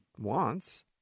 wants